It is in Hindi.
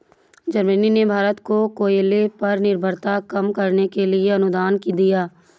जर्मनी ने भारत को कोयले पर निर्भरता कम करने के लिए अनुदान दिया